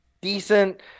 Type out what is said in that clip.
decent